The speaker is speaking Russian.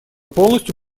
полностью